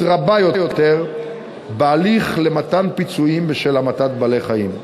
רבה יותר בהליך מתן פיצויים בשל המתת בעלי-חיים.